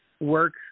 work